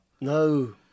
No